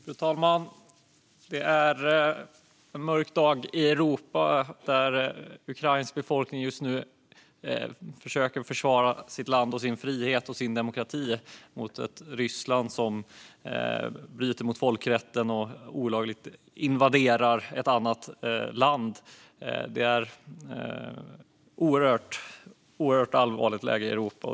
Fru talman! Det är en mörk dag i Europa. Ukrainas befolkning försöker just nu att försvara sitt land, sin frihet och sin demokrati mot ett Ryssland som bryter mot folkrätten och som olagligt invaderar ett annat land. Det råder ett oerhört allvarligt läge i Europa.